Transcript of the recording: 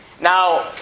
Now